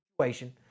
situation